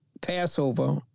Passover